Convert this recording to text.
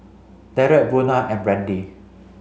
Derrek Buna and Brandee